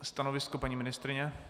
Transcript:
Stanovisko paní ministryně?